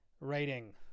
writing